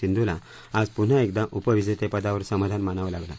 सिंधूला आज पुन्हा एकदा उपविजेतेपदावर समाधान मानावं लागलं